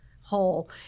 whole